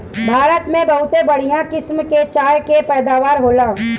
भारत में बहुते बढ़िया किसम के चाय के पैदावार होला